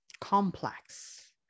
complex